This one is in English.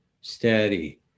steady